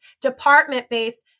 department-based